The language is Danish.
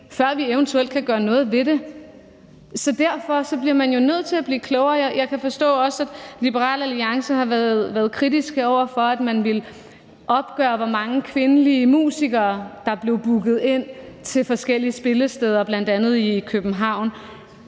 før vi eventuelt kan gøre noget ved det. Så derfor bliver man jo nødt til at blive klogere. Jeg kan også forstå, at Liberal Alliance har været kritiske over for, at man ville opgøre, hvor mange kvindelige musikere der blev booket til forskellige spillesteder, bl.a. i København.